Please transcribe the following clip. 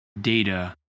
data